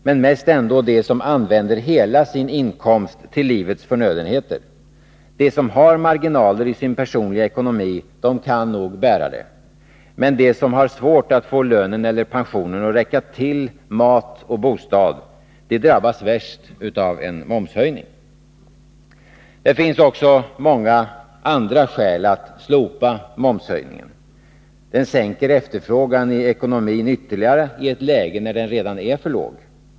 Men mest ändå de som använder hela sin inkomst till livets förnödenheter. De som har marginaler i sin personliga ekonomi kan nog bära det, men de som har svårt att få lönen eller pensionen att räcka till mat och bostad drabbas värst av en momshöjning. Det finns också många andra skäl att slopa momshöjningen. Den sänker efterfrågan i ekonomin ytterligare i ett läge då efterfrågan redan är för låg.